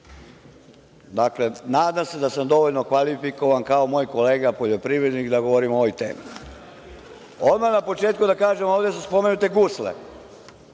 dakle, nadam se da sam dovoljno kvalifikovan kao moj kolega poljoprivrednik da govorim o ovoj temi. Odmah na početku da kažem, ovde su spomenute gusle.